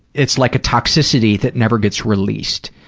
it's like a toxicity that never gets released.